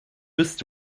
bist